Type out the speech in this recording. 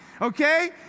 Okay